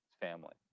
family